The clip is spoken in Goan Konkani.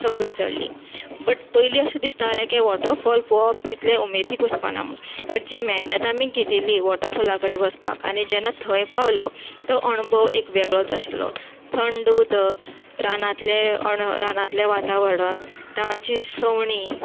सकयल चडली बट पयली अशें दिसतालें कि वॉटरफॉल पळोवप तितलें उमेदीक वचपा ना म्हण बट जी मेहनत आमी घेतिल्ली वॉटरफॉला कडेन वचपाक आनी जेन्ना थंय पावलो तो अणभव एक वेगळोच आशिल्लो थंड उदक रानांतलें अण रानांतलें वातावरण तांची सवणी